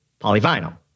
polyvinyl